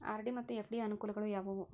RD ಮತ್ತು FD ಯ ಅನುಕೂಲಗಳು ಯಾವವು?